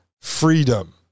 freedom